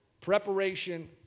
preparation